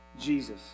jesus